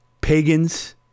pagans